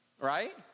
Right